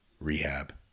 Rehab